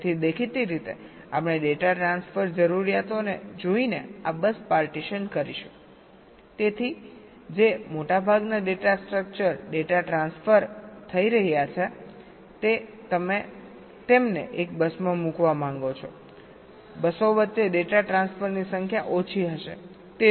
તેથી દેખીતી રીતે આપણે ડેટા ટ્રાન્સફર જરૂરિયાતોને જોઈને આ બસ પાર્ટીશન કરીશુંતેથી જે મોટા ભાગના ડેટા ટ્રાન્સફર થઈ રહ્યા છે તે તમે તેમને એક બસમાં મુકવા માંગો છો બસો વચ્ચે ડેટા ટ્રાન્સફરની સંખ્યા ઓછી હશે તે વિચાર છે